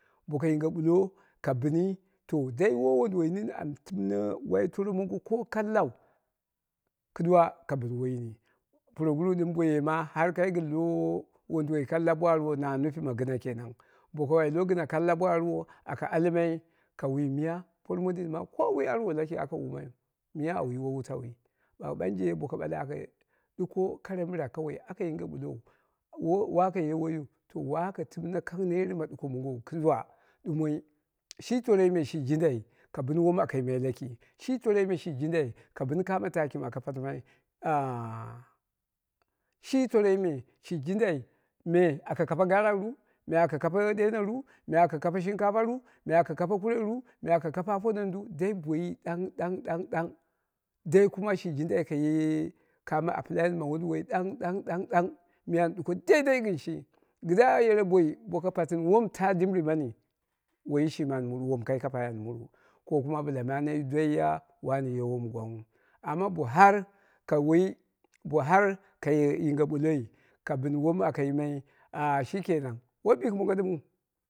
Bo kuyo ka bɨni to dai woi wonduwoi nini an wai toro mongo ka kallau kɨduwa ka bɨn woini, puroguru ɗɨm boye ma har kai gɨn lo wonduwoi kalla bo arwo na nufi ma gɨna, kenan boko woi lo gɨna kalla bo arwo aka almai ka wi miya por mondin ma lo arwo waka wuumaiyu, miya awu yiwo wutauwi bagh ɓanje koko ɓale aka ɗuko kara mɨra kawai aka yinge ɓulou waka wai woiyu to waka timne kang net ma ɗuko mongou kɨduwa ɗumoi shi trorime shi jindai ka bɨn wom aka yimai laki shi toroi me ka bɨn kano taki mɨ aka patɨmai a shi toroi me shi jindai me aka kape garakru, me aka kape ɗeno ru, me aka kape shinkapa ru, me aka kape kureru, me aka kape aponen du, dai boyi ɗang ɗang ɗang ɗang dai kuma shi jindai kaye kame apply ma wonduwoi ɗang ɗang ɗang ɗang me an ɗuko daidai gɨn shi kɨdda yere boi boko patɨni wom taa dɨmbɨri mani woiy shimi an muru wom kai kapa an muru ko kuma bɨla maneyi dwaiya wani ye wom gwangnghu. Amma bo har ka wibo har ka yinge ɓulloi gɨn wom aka yimmai ah shikenan, woi biiki mongio ɗɨmu.